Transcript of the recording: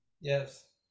Yes